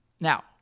Now